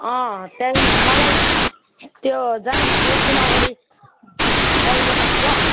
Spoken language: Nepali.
अँ त्यही नै मलाई त्यो जानुभन्दा एकदिन अगाडि कल गर्नुहोस् ल